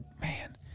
man